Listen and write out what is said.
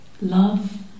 love